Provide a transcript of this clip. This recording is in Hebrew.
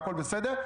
והכול בסדר,